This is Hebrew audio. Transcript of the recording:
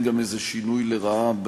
ואין גם איזה שינוי לרעה,